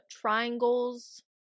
Triangles